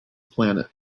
planet